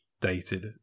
dated